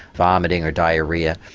vomiting or diarrhoea,